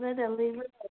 ꯀꯗꯥꯥꯏꯗ ꯂꯩꯕ꯭ꯔꯣ